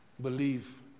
Believe